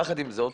יחד עם זאת,